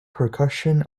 percussion